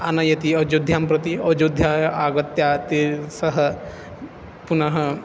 आनयति अयोध्यां प्रति अयोध्याम् आगत्य ते सः पुनः